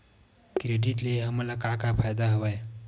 Credit ले हमन का का फ़ायदा हवय?